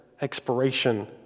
expiration